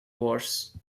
worse